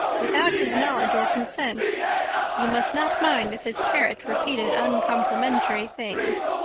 without his knowledge or consent you must not mind if his parrot repeated uncomplimentary things.